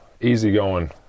easygoing